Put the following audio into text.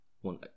one